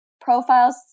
profiles